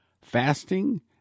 fasting